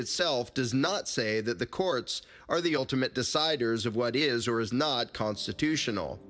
itself does not say that the courts are the ultimate deciders of what is or is not constitutional